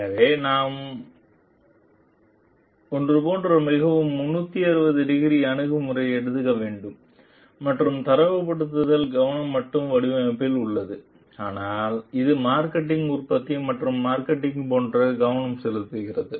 எனவே நாம் ஒரு போன்ற மிகவும் 360 டிகிரி அணுகுமுறை எடுக்க வேண்டும் மற்றும் தரப்படுத்தல் கவனம் மட்டும் வடிவமைப்பு உள்ளது ஆனால் அது மார்க்கெட்டிங் உற்பத்தி மற்றும் மார்க்கெட்டிங் போன்ற கவனம் செலுத்துகிறது